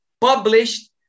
published